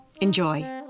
Enjoy